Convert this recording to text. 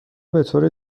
بطور